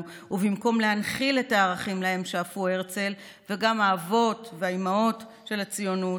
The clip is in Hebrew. ובמקום להנחיל את הערכים ששאפו להם הרצל והאבות והאימהות של הציונות,